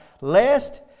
Lest